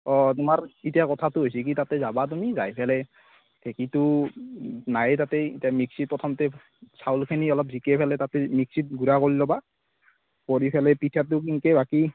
অঁ তোমাৰ ইতা কথাতো হৈছে কি তাতে যাবা তুমি যাই ফেলে ঢেঁকিতো নায়ে তাতে এতিয়া মিক্সিত প্ৰথমতে চাউলখিনি অলপ জিকে ফেলে তাতে মিক্সিত গুড়া কৰি ল'বা কৰি ফেলে পিঠাটো তেনকৈ বাকি